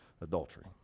adultery